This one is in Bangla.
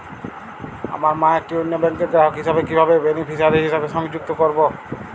আমার মা একটি অন্য ব্যাংকের গ্রাহক হিসেবে কীভাবে বেনিফিসিয়ারি হিসেবে সংযুক্ত করব?